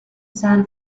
san